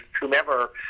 whomever